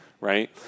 right